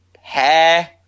hair